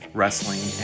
wrestling